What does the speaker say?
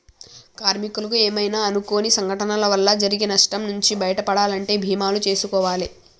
కార్మికులకు ఏమైనా అనుకోని సంఘటనల వల్ల జరిగే నష్టం నుంచి బయటపడాలంటే బీమాలు జేసుకోవాలే